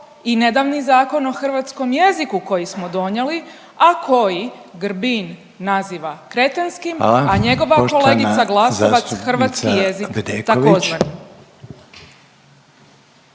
(HDZ)** Poštovana zastupnica Bedeković.